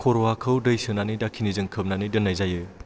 खर'आखौ दै सोनानै दाखिनिजों खोबना दोननाय जायो